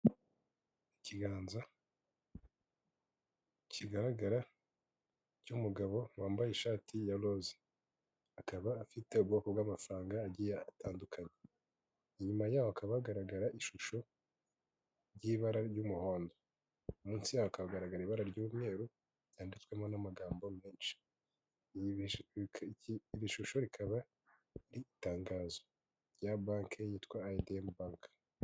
Ikiganza kigaragara cy'umugabo wambaye ishati ya roze, akaba afite ubwoko bw'amafaranga agiye atandukanye. Inyuma yaho hakaba hagaragara ishusho y'ibara ry'umuhondo, munsi yaho hakagaragara ibara ry'umweru ryanditswemo n'amagambo menshi. Iri shusho rikaba ari itangazo rya banki yitwa I&M banki.